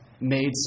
made